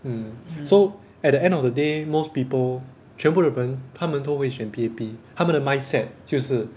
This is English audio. mm so at the end of the day most people 全部人们他们都会选 P_A_P 他们的 mindset 就是